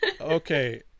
okay